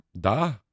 Da